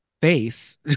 face